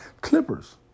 Clippers